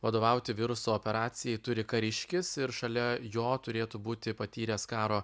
vadovauti viruso operacijai turi kariškis ir šalia jo turėtų būti patyręs karo